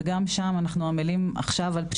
גם שם אנחנו עמלים עכשיו על פתיחה של מסגרות הגנה.